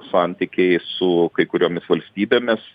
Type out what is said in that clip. santykiai su kai kuriomis valstybėmis